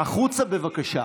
החוצה, בבקשה.